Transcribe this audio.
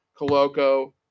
Coloco